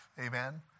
Amen